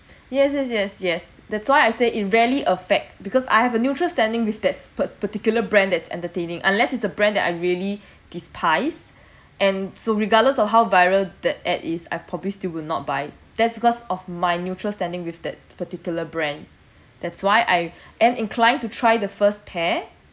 yes yes yes yes that's why I say it rarely affect because I have a neutral standing with this par~ particular brand that's entertaining unless it's a brand that I really despise and so regardless of how viral the ad is I probably still would not buy it that's because of my neutral standing with that particular brand that's why I am inclined to try the first pair